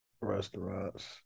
restaurants